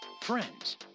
friends